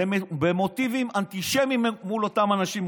במוטיבים אנטישמיים מול אותם אנשים,